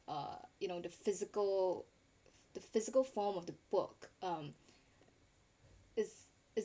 uh you know the physical the physical form of the book um is is